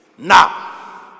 Now